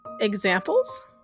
examples